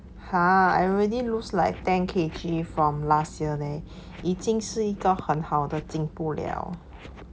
!huh! I already lose like ten K_G from last year leh 已经是一个很好的进步了